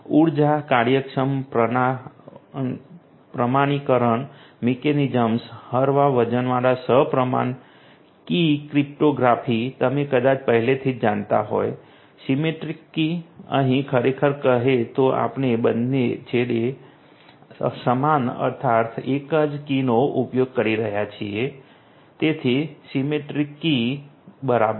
ઉર્જા કાર્યક્ષમ પ્રમાણીકરણ મિકેનિઝમ્સ હળવા વજનવાળા સપ્રમાણ કી ક્રિપ્ટોગ્રાફી તમે કદાચ પહેલેથી જ જાણતા હોય સિમેટ્રિક કી અહીં ખરેખર કહે તો આપણે બંને છેડે સમાન અર્થાત એકજ કીનો ઉપયોગ કરી રહ્યા છીએ તેથી સિમેટ્રિક કી સપ્રમાણ કી બરાબર